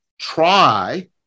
try